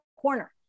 corner